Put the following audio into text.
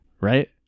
Right